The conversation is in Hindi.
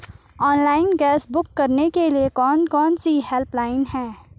ऑनलाइन गैस बुक करने के लिए कौन कौनसी हेल्पलाइन हैं?